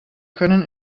können